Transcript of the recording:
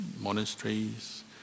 monasteries